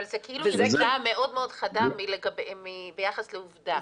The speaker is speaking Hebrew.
אבל זה כאילו עובדה מאוד מאוד חדה ביחס לעובדה.